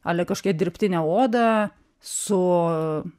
ale kažkokia dirbtinė oda su